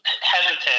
hesitant